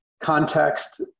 context